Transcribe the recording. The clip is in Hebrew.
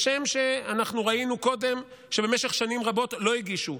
כשם שאנחנו ראינו קודם שבמשך שנים רבות לא הגישו.